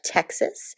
Texas